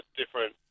different